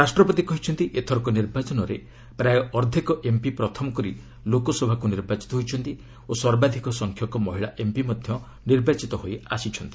ରାଷ୍ଟ୍ରପତି କହିଛନ୍ତି ଏଥରକ ନିର୍ବାଚନରେ ପ୍ରାୟ ଅର୍ଦ୍ଧେକ ଏମ୍ପି ପ୍ରଥମକରି ଲୋକସଭାକୁ ନିର୍ବାଚିତ ହୋଇଛନ୍ତି ଓ ସର୍ବାଧିକ ସଂଖ୍ୟକ ମହିଳା ଏମ୍ପି ମଧ୍ୟ ନିର୍ବାଚିତ ହୋଇ ଆସିଛନ୍ତି